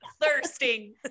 thirsting